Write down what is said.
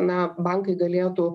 na bankai galėtų